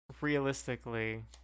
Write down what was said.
Realistically